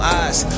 eyes